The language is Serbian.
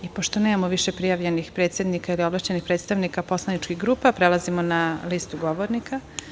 Pošto nemamo više prijavljenih predsednika ili ovlašćenih predstavnika poslaničkih grupa, prelazimo na listu govornika.